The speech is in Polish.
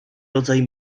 rodzaj